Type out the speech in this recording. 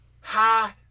Hi